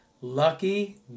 lucky